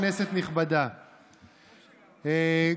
כנסת נכבדה,